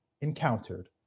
encountered